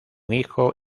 hijo